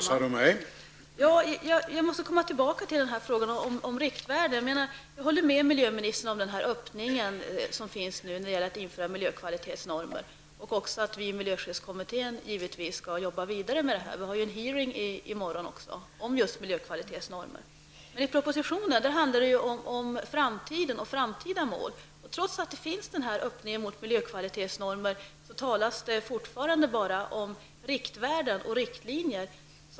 Herr talman! Jag måste komma tillbaka till frågan om riktvärden. Jag håller med miljöministern om den öppning som finns nu när det gäller att införa miljökvalitetsnormer och också att vi i miljöskyddskommittén givetvis skall arbeta vidare. Det kommer även att vara en hearing i morgon om miljökvalitetsnormer. Men i propositionen handlar det om framtiden och framtida mål. Trots öppningen mot miljökvalitetsnormer talas det fortfarande bara om riktvärden och riktlinjer.